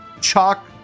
Chalk